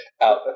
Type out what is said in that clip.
out